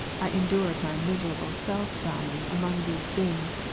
i endured my miserable self dying among these things,